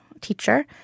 teacher